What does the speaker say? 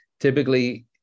Typically